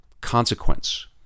consequence